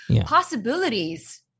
possibilities